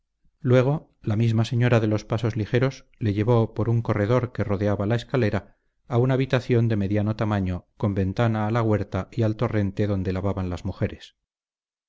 luego la misma señora de los pasos ligeros le llevó por un corredor que rodeaba la escalera a una habitación de mediano tamaño con ventana a la huerta y al torrente donde lavaban las mujeres